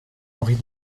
henry